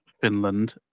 Finland